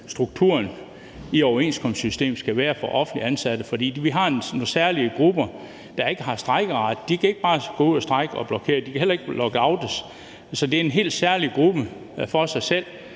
strukturen i overenskomstsystemet skal være for offentligt ansatte, for vi har nogle særlige grupper, der ikke har strejkeret, og som ikke bare kan gå ud at strejke og blokere, og de kan heller ikke lockoutes. Så det er en helt særlig gruppe for sig selv,